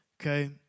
Okay